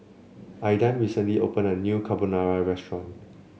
Aidan recently opened a new Carbonara Restaurant